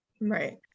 Right